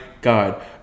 God